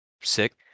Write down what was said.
Sick